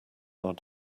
are